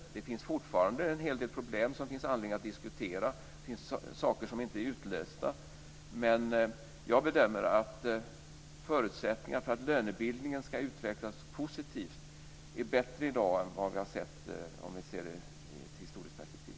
Det finns fortfarande en hel del problem som vi har anledning att diskutera och saker som inte är lösta, men jag bedömer att förutsättningarna för att lönebildningen ska utvecklas positivt är bättre i dag än de har varit i ett historiskt perspektiv.